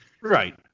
Right